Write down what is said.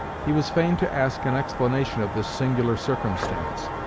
he was fain to ask an explanation of this singular circumstance.